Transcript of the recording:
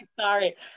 sorry